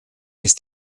ist